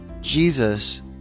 Jesus